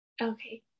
Okay